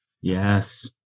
Yes